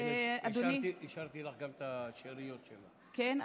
השארתי לך גם, כן.